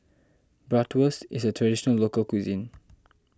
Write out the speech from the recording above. Bratwurst is a Traditional Local Cuisine